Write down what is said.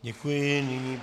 Děkuji.